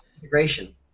integration